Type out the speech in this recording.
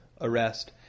arrest